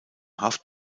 haft